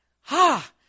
Ha